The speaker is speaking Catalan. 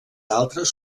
altres